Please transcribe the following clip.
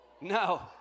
No